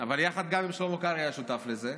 אבל גם יחד עם שלמה קרעי, שהיה שותף לזה,